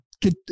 get